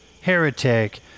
Heretic